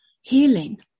healing